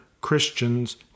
Christians